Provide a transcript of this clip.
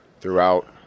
throughout